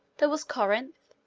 there was corinth,